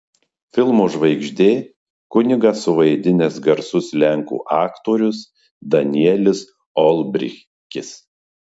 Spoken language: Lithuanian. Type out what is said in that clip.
filmo žvaigždė kunigą suvaidinęs garsus lenkų aktorius danielis olbrychskis